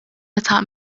meta